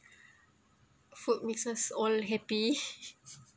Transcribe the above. food makes us all happy